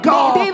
God